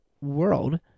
world